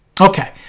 Okay